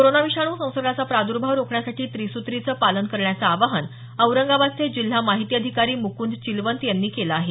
corona विषाणू संसर्गाचा प्रादर्भाव रोखण्यासाठी त्रिसुत्रीचं पालन करण्याचं आवाहन औरंगाबादचे जिल्हा माहिती अधिकारी मुकूंद चिलवंत यांनी केलं आहे